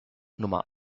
nummer